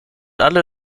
alle